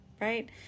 Right